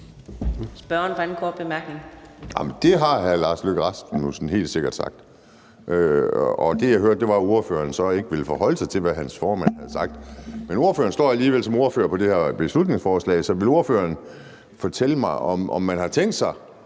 Edberg Andersen (NB): Det har hr. Lars Løkke Rasmussen helt sikkert sagt. Det, jeg hørte, var, at ordføreren så ikke ville forholde sig til, hvad hans formand havde sagt. Men ordføreren står alligevel som ordfører på det her beslutningsforslag, så vil ordføreren fortælle mig, om man har tænkt sig,